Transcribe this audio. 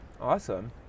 awesome